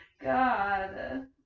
God